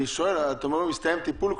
אז אומרת שהסתיים טיפול,